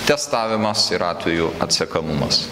testavimas ir atvejų atsekamumas